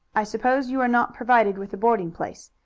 i suppose you are not provided with a boarding place.